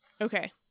okay